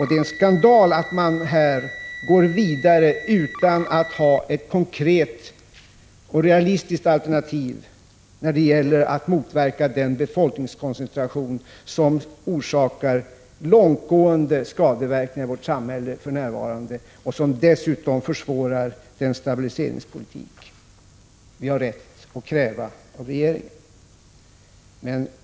Det är en skandal att man går vidare utan att ha ett konkret och realistiskt alternativ när det gäller att motverka den befolkningskoncentration som orsakar långtgående skadeverkningar i vårt samhälle för närvarande och som dessutom försvårar stabiliseringspolitiken.